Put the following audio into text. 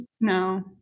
No